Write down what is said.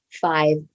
five